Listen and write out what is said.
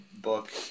book